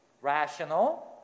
rational